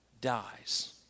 dies